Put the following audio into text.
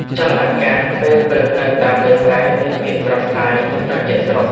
ខ្យល់អាកាសពេលព្រឹកនៅតាមវាលស្រែ មានភាពស្រស់ស្រាយ និងត្រជាក់ស្រ៊ប់។